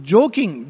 Joking